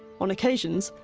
on occasions,